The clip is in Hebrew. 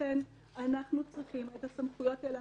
לכן אנחנו צריכים את הסמכויות האלה.